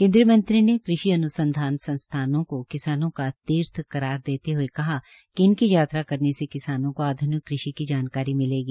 कन्द्रीय मंत्री ने कृषि अनुसंधान संसाधनों को किसानों का तीर्थ करार देते हुए कहा कि इनकी यात्रा करने से किसानों को आध्निक कृषि की जानकारी मिलेगी